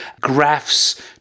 graphs